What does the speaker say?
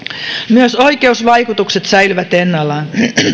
myös oikeusvaikutukset säilyvät ennallaan